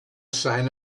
sign